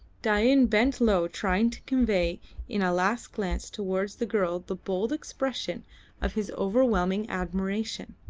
dain bent low trying to convey in a last glance towards the girl the bold expression of his overwhelming admiration.